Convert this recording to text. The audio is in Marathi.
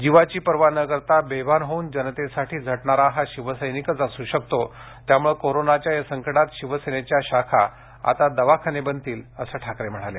जीवाची पर्वा न करता बेभान होऊन जनतेसाठी झटणारा हा शिवसैनिकच असू शकतो त्यामुळे कोरोनाच्या या संकटात शिवसेनेच्या शाखा आता दवाखाने बनतील असं ठाकरे म्हणाले